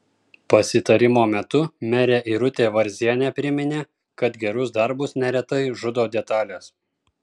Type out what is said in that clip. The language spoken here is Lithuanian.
pasitarimo metu merė irutė varzienė priminė kad gerus darbus neretai žudo detalės